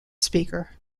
speaker